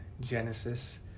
genesis